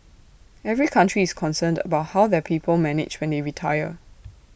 every country is concerned about how their people manage when they retire